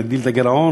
נגדיל את הגירעון,